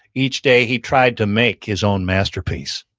each day he tried to make his own masterpiece.